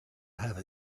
have